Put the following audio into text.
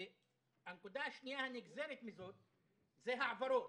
הנקודה השנייה הנגזרת מזו - העברות.